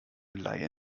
laie